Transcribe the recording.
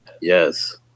Yes